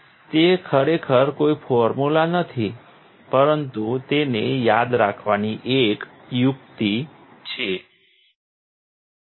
તે ખરેખર કોઈ ફોર્મ્યુલા નથી પરંતુ તેને યાદ રાખવાની એક યુક્તિ છે